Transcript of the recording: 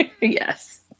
Yes